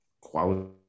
quality